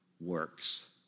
works